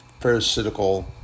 parasitical